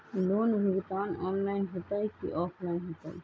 Loan भुगतान online होतई कि ऑफलाइन होतई?